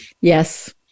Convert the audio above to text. Yes